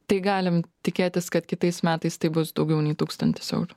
tai galim tikėtis kad kitais metais tai bus daugiau nei tūkstantis eurų